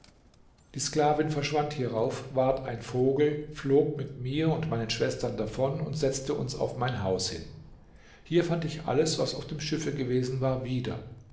die sklavin verschwand hierauf ward ein vogel flog mit mir und meinen schwestern davon und setzte uns auf mein haus hin hier fand ich alles was auf dem schiffe gewesen war wieder